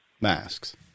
masks